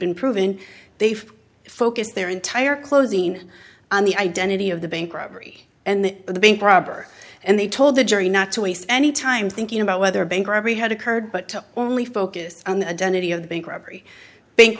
been proven they've focused their entire closing in on the identity of the bank robbery and the bank robber and they told the jury not to waste any time thinking about whether a bank robbery had occurred but only focused on the identity of bank robbery bank